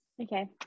Okay